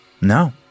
No